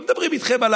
לא מדברים איתכם על